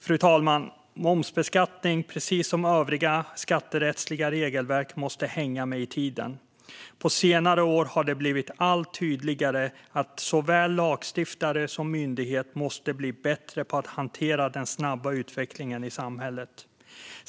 Fru talman! Momsbeskattning, precis som övriga skatterättsliga regelverk, måste hänga med i tiden. På senare år har det blivit allt tydligare att såväl lagstiftare som myndighet måste bli bättre på att hantera den snabba utvecklingen i samhället.